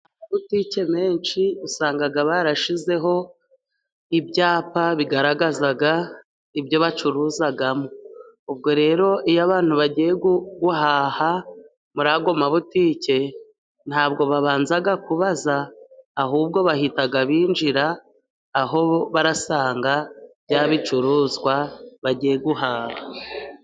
Amabutike menshi usanga barashyizeho ibyapa bigaragaza ibyo bacuruzamo, ubwo rero iyo abantu bagiye guhaha muri ayo mabutike ntabwo babanza kubaza ahubwo bahita binjira aho basanga bya bicuruzwa bagiye guhaha.